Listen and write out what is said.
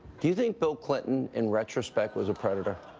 do you think bill clinton, in retrospect, was a predator?